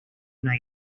una